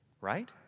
right